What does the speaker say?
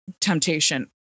temptation